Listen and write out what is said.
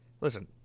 listen